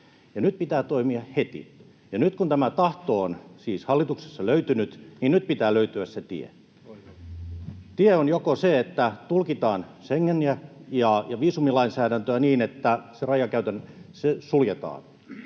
Nyt pitää toimia heti. Ja nyt, kun tämä tahto on siis hallituksessa löytynyt, pitää löytyä se tie. Tie on joko se, että tulkitaan Schengeniä ja viisumilainsäädäntöä niin, että se raja suljetaan,